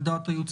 על דעת הייעוץ